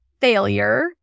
failure